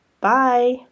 Bye